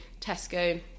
Tesco